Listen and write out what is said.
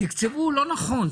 תקצבו לא נכון.